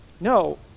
No